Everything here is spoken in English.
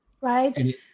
right